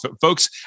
Folks